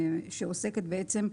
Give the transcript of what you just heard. התוספת,